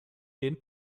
den